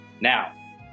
Now